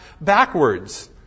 backwards